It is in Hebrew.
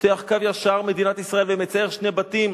מותח קו ישר, מדינת ישראל, ומצייר שני בתים,